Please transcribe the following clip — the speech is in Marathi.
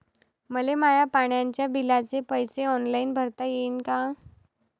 मले माया पाण्याच्या बिलाचे पैसे ऑनलाईन भरता येईन का?